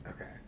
Okay